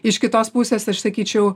iš kitos pusės aš sakyčiau